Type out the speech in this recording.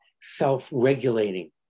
self-regulating